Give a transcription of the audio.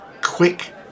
quick